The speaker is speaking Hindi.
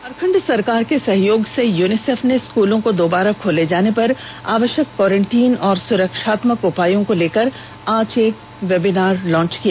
झारखंड सरकार के सहयोग से यूनिसेफ ने स्कूलों को दूबारा खोले जाने पर आवष्यक कोरेंटीन और सुरक्षात्मक उपायों को लेकर आज एक वेबिनार लॉच किया